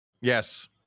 yes